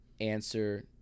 answer